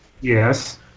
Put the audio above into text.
Yes